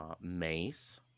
mace